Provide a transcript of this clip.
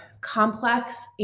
complex